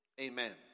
Amen